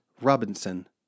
Robinson